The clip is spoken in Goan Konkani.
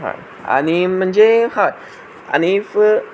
आनी म्हणजे हय आनी इफ